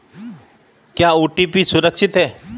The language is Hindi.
क्या ओ.टी.पी सुरक्षित है?